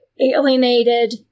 alienated